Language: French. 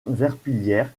verpillière